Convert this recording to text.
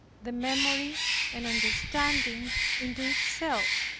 the memory and understanding into itself,